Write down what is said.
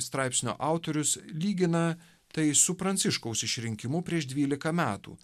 straipsnio autorius lygina tai su pranciškaus išrinkimu prieš dvylika metų